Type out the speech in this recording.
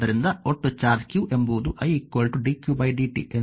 ಆದ್ದರಿಂದ ಒಟ್ಟು charge q ಎಂಬುದು i dq dt ಎಂದು ತಿಳಿದಿದೆ